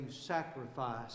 sacrifice